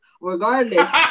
regardless